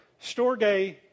Storge